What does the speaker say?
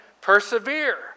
persevere